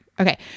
Okay